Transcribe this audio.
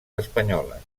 espanyoles